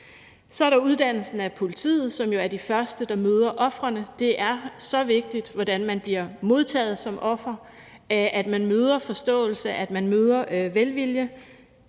Så er der uddannelsen af politibetjente, som jo er de første, der møder ofrene. Det er så vigtigt, hvordan man bliver modtaget som offer, altså at man møder forståelse, at man møder velvilje.